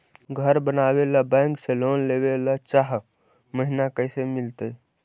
घर बनावे ल बैंक से लोन लेवे ल चाह महिना कैसे मिलतई?